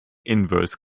inverse